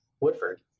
Woodford